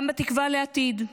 גם בתקווה לעתיד,